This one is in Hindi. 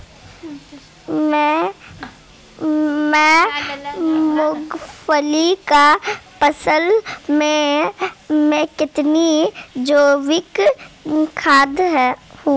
मैं मूंगफली की फसल में कितनी जैविक खाद दूं?